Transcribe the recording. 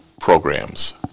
programs